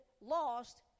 lost